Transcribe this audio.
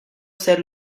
ser